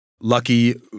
Lucky